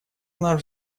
наш